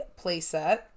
playset